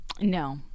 No